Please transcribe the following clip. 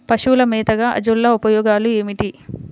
పశువుల మేతగా అజొల్ల ఉపయోగాలు ఏమిటి?